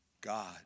God